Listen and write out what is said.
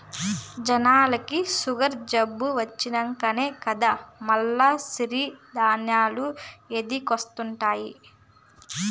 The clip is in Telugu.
జనాలకి సుగరు జబ్బు వచ్చినంకనే కదా మల్ల సిరి ధాన్యాలు యాదికొస్తండాయి